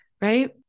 Right